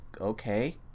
okay